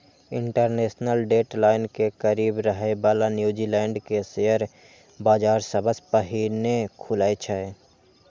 international date line के करीब रहै बला न्यूजीलैंड के शेयर बाजार सबसं पहिने खुलै छै